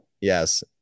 yes